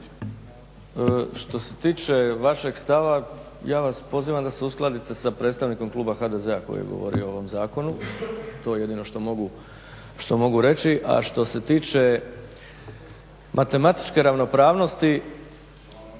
se tiče vašeg stava ja vas pozivam da se uskladite sa predstavnikom Kluba HDZ-a koji je govorio o ovom zakonu to je jedino što mogu reći. A što se tiče matematičke ravnopravnosti,